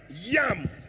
yam